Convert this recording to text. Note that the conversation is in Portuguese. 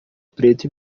preto